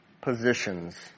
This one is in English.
positions